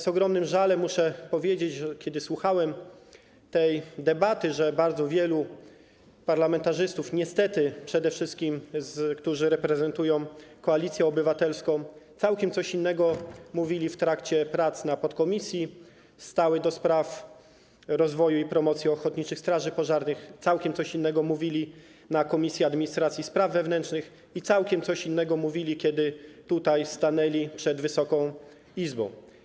Z ogromnym żalem muszę powiedzieć po wysłuchaniu tej debaty, że bardzo wielu parlamentarzystów, niestety przede wszystkim reprezentujących Koalicję Obywatelską, całkiem coś innego mówiło w trakcie prac w podkomisji stałej do spraw rozwoju i promocji ochotniczych straży pożarnych, całkiem coś innego mówiło w Komisji Administracji i Spraw Wewnętrznych i całkiem coś innego mówiło, stojąc tutaj przed Wysoką Izbą.